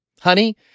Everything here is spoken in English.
Honey